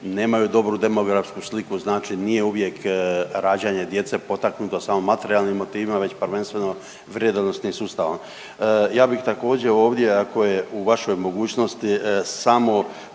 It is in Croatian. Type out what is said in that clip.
nemaju dobru demografsku sliku znači nije uvijek rađanje djece potaknuto samo materijalnim motivima već prvenstveno vrijedno nosnim sustavom. Ja bih također ovdje ako je u vašoj mogućnosti samo